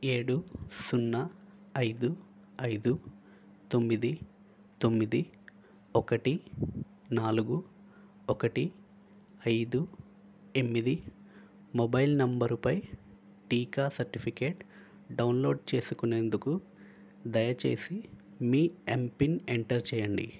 ఏడు సున్నా ఐదు ఐదు తొమ్మిది తొమ్మిది ఒకటి నాలుగు ఒకటి ఐదు ఎనిమిది మొబైల్ నెంబరుపై టీకా సర్టిఫికెట్ డౌన్లోడ్ చేసుకునేందుకు దయచేసి మీ ఎంపిన్ ఎంటర్ చేయండి